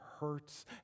hurts